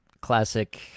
classic